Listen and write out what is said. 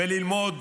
וללמוד